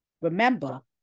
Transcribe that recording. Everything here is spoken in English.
Remember